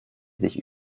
sich